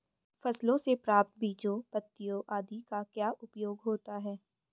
फसलों से प्राप्त बीजों पत्तियों आदि का क्या उपयोग होता है?